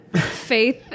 Faith